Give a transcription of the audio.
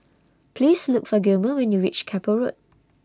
Please Look For Gilmer when YOU REACH Keppel Road